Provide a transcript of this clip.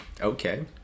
okay